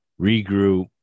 regroup